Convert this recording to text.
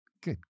Good